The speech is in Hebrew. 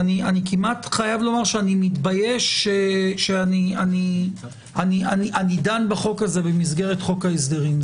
אני כמעט מתבייש שאני דן בחוק הזה במסגרת חוק ההסדרים.